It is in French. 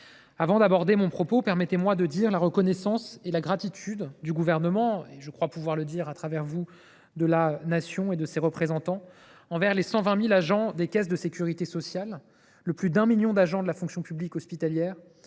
Avant d’aborder mon propos, permettez moi de dire la reconnaissance et la gratitude du Gouvernement et – je crois pouvoir le dire – de la Nation et de ses représentants envers les 120 000 agents des caisses de sécurité sociale, le plus de 1 million d’agents de la fonction publique hospitalière